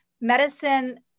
medicine